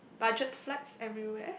budget flights everywhere